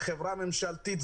זה חברה ממשלתית,